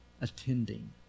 attending